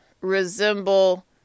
resemble